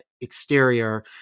exterior